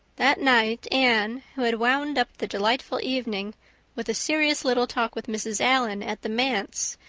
that night anne, who had wound up the delightful evening with a serious little talk with mrs. allan at the manse,